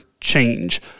change